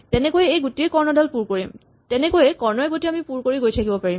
তেলেকৈয়ে এই গোটেই কৰ্ণডাল পুৰ কৰিম তেনেকৈ কৰ্ণয়ে প্ৰতি আমি পুৰ কৰি গৈ থাকিম